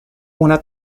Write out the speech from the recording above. una